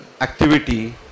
activity